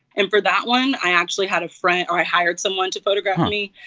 and for that one, i actually had a friend or i hired someone to photograph me.